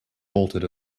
bolted